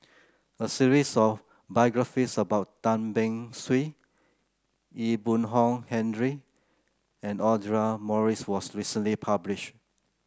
a series of biographies about Tan Beng Swee Ee Boon Kong Henry and Audra Morrice was recently published